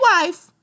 wife